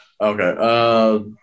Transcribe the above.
Okay